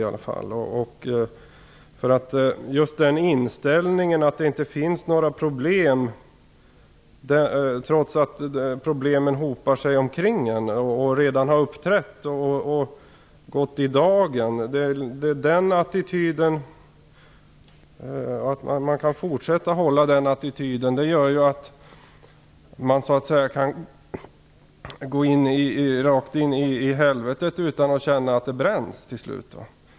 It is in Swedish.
Att hålla fast vid inställningen att det inte finns några problem, trots att problemen hopar sig omkring en och redan har uppträtt och gått i dagen, gör ju att man så att säga kan gå rakt in i helvetet utan att känna att det bränns till slut.